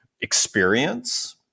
experience